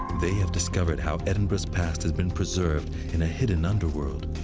they have discovered how edinburgh's past has been preserved in a hidden underworld.